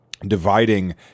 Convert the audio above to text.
dividing